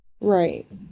Right